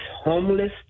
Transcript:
homeless